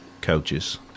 coaches